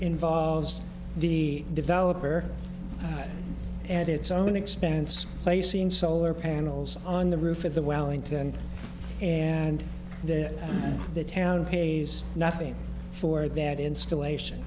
involves the developer and its own expense placing solar panels on the roof or the wellington and that the town pays nothing for that installation